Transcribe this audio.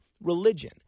religion